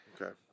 Okay